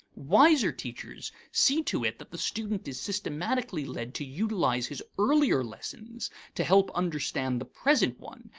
wiser teachers see to it that the student is systematically led to utilize his earlier lessons to help understand the present one,